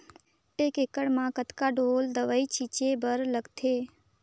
एक एकड़ म कतका ढोल दवई छीचे बर लगथे?